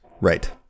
Right